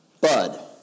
Bud